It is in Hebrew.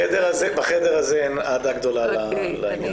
בחדר הזה אין אהדה גדולה לעניין.